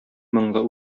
моңлы